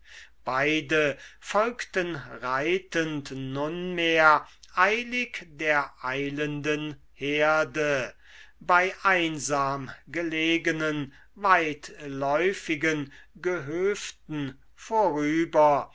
beide folgten reitend nunmehr eilig der eilenden herde bei einsam gelegenen weitläufigen gehöften vorüber